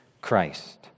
Christ